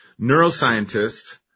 neuroscientists